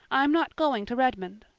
i'm not going to redmond.